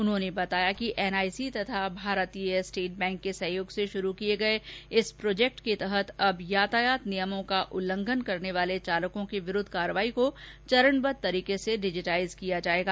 उन्होंने बताया कि एनआईसी तथा भारतीय स्टेंट बैंक के सहयोग से शुरू किये गये इस प्राजेक्ट के तहत अब यातायात नियमों का उल्लंघन करने वाले चालकों के विरूद्व कार्यवाही को चरणबद्ध तरीके से डिजिटाइज किया जायेगा